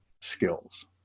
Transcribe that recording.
skills